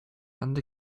and